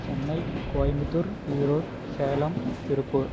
Chennai Coimbatore Erode Salem Tiruppur